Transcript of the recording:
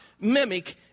Mimic